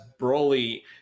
Broly